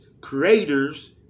creators